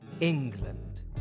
England